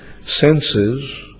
senses